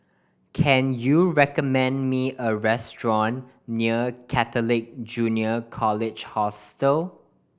can you recommend me a restaurant near Catholic Junior College Hostel